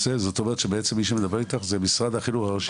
זאת אומרת שבעצם מי שמדבר איתך זה משרד החינוך הראשי?